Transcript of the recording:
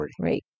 right